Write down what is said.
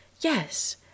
Yes